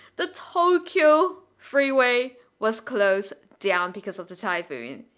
the tokyo freeway was closed down because of the typhoon.